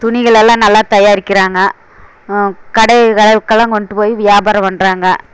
துணிகளெல்லாம் நல்லா தயாரிக்கிறாங்க கடைகளுக்கெல்லாம் கொண்டுட்டு போய் வியாபாரம் பண்ணுறாங்க